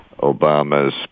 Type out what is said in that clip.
Obama's